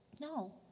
No